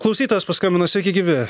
klausytojas paskambino sveiki gyvi